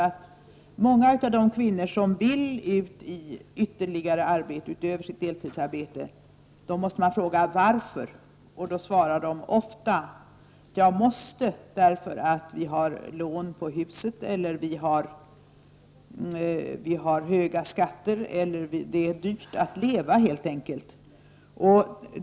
Man måste fråga många av de kvinnor som vill ha arbete utöver sitt deltidsarbete varför de önskar detta. Då svarar de ofta: Jag behöver det därför att vi har lån på huset, därför att vi har höga skatter eller helt enkelt därför att det är dyrt att leva.